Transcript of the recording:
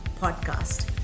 podcast